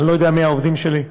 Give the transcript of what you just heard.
אני לא יודע מי העובדים שלי.